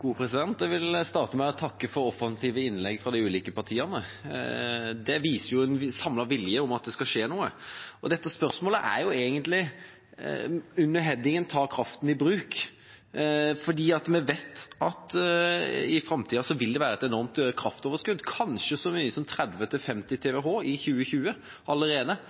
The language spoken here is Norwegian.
Jeg vil starte med å takke for offensive innlegg fra de ulike partiene. Dette viser en samlet vilje til at det skal skje noe. Spørsmålet er egentlig under headinga «Ta kraften i bruk», fordi vi vet at det i framtida vil være et enormt kraftoverskudd, kanskje så mye som 30–50 TWh allerede i 2020.